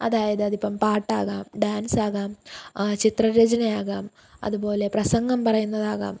അതായത് അതിപ്പം പാട്ടാകാം ഡാൻസാകം ചിത്രരചനയാകാം അതുപോലെ പ്രസംഗം പറയുന്നതാകാം